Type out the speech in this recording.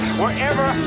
wherever